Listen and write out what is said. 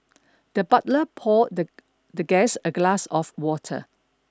the butler poured the the guest a glass of water